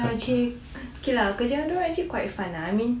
actually okay lah kerja dengan diorang actually quite fun lah I mean